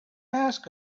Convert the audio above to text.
ask